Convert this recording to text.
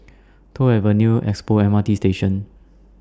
Toh Avenue Expo M R T Station